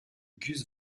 gus